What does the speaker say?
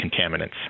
contaminants